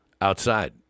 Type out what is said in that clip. outside